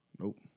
Nope